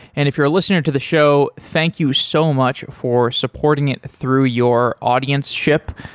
and if you're a listener to the show, thank you so much for supporting it through your audienceship.